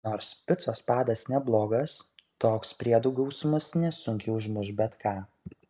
nors picos padas neblogas toks priedų gausumas nesunkiai užmuš bet ką